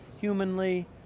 humanly